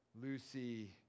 Lucy